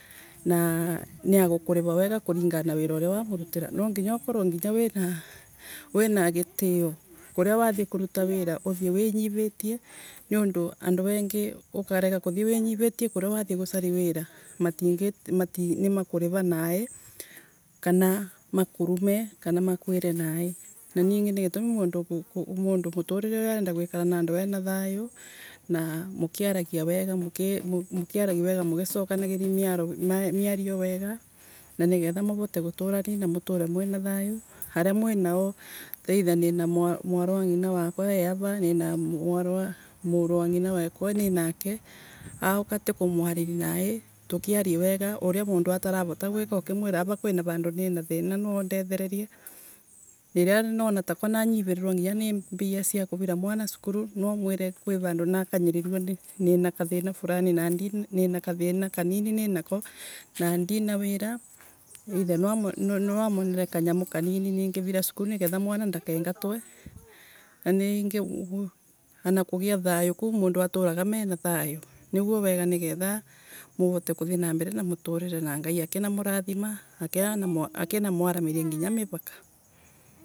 Na niagukurira wega kuringana na wira uria wamurutina nwanginya ukorwe nginya wina gitiyo. kuria wathii kuvuta wira uthii winyiritie niundu andu engi ukarega kuthii winyiritie kuria wathii kuruta wira. matingi mati nimakurira nai kana makurume kana makwire nai na niingi ni gitumi mundu ko ku mundu muturire uria arenda guikara na andu ena thayo na mukiaragia wega muki mukiaragia wega mukicokanaragia miar miario. wega. na nigetha muvote guturani na muture mwina thayo. aria mwi nao either nina mwarwangina wakwa wi ara nina mwarw murwangina wakwa ninake auka ti kumwariri nai tukiaria wega uria mundu ataravota gwika akimwira ara kwina vandu nina thina no undethererie. riria nona tako nangivirirwa nginya ni mbia sia kurira mwana sukulu no umwire kwina vandu nakanyirirwa nina kathina fulani nina kathina kanini nunako na ndina wira either ni noumonera kanyamu kanini ningirira skulu nigetha mwana ndakengatwe na ningi kugia thayo kau mundu aturaga ena thayo. niguo wega niketha muvote kuthii nambere na muturire na ngai akina murathima. akinamwaramiria nginya mipaka.